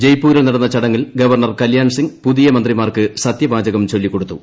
ജയ്പൂരിൽ നടന്ന ചടങ്ങിൽ ഗവർണർ കല്യാൺസിംഗ് പുതിയ മന്ത്രിമാർക്ക് സത്യവാചകം ചൊല്ലിക്കൊടുത്തു